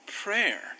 Prayer